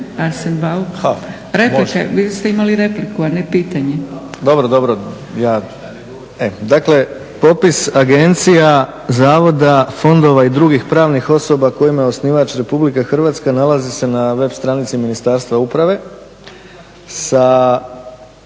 (SDP)** Replika, vi ste imali repliku a ne pitanje. **Bauk, Arsen (SDP)** Dobro, dobro. Dakle, popis agencija, zavoda, fondova i drugih pravnih osoba kojima je osnivač Republika Hrvatska nalaze se na web stranici Ministarstva uprave sa